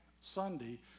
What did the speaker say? Sunday